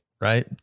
right